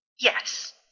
Yes